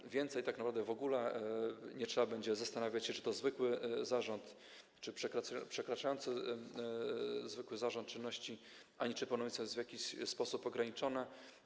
Co więcej, tak naprawdę w ogóle nie trzeba będzie zastanawiać się, czy to zwykły zarząd, czy przekraczające zwykły zarząd czynności ani czy pełnomocnictwo jest w jakiś sposób ograniczone.